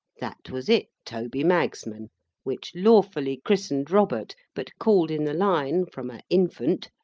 that was it, toby magsman which lawfully christened robert but called in the line, from a infant,